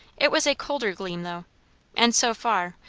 it was a colder gleam, though and so far,